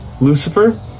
Lucifer